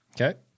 Okay